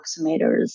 approximators